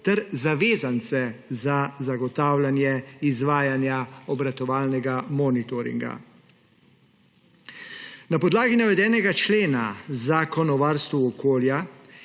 ter zavezance za zagotavljanje izvajanja obratovalnega monitoringa. Na podlagi navedenega člena v Zakonu o varstvu okolja